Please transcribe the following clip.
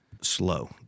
slow